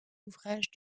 ouvrages